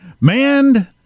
Man